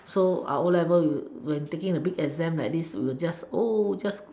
so our o-levels when taking a big exam like this we're just just